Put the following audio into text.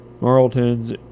Marlton's